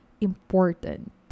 important